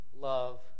Love